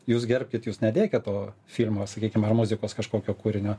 jūs gerbkit jūs nedėkit to filmo sakykim ar muzikos kažkokio kūrinio